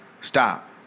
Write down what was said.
stop